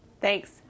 Thanks